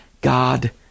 God